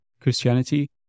Christianity